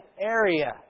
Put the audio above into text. area